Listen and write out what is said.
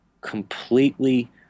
completely